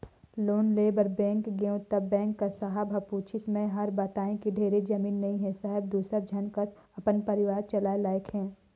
loan लेय बर bank गेंव त बेंक कर साहब ह पूछिस मै हर बतायें कि ढेरे जमीन नइ हे साहेब दूसर झन कस अपन परिवार चलाय लाइक हे